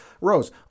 Rose